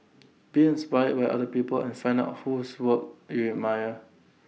be inspired by other people and find out whose work you admire